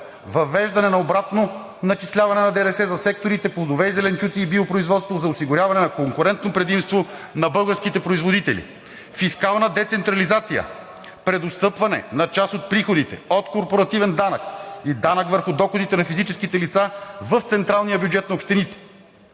въвеждане на обратно начисляване на ДДС за секторите „Плодове и зеленчуци“ и „Биопроизводство“ – за осигуряване на конкурентно предимство на българските производители; фискална децентрализация – преотстъпване на част от приходите от корпоративен данък и данък върху доходите на физически лица в централния бюджет на общините;